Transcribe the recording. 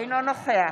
אינו נוכח